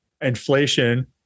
inflation